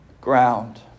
ground